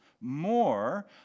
more